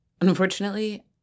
Unfortunately